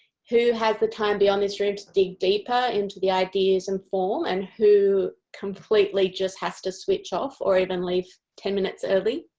who has the time beyond this room to dig deeper into the ideas and form and who completely just has to switch off or even leave ten minutes early?